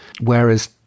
Whereas